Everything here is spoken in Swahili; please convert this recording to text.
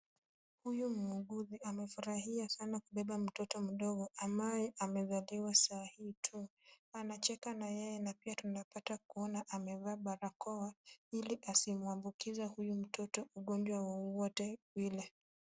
Huyu muuguzi amefurahia kubeba mtoto mdogo ambaye amezaliwa saa hii tu. Anacheka na yeye na pia tunapata kuona amevaa barakoa ili asimuambukize huyu mtoto ugonjwa wowote ule.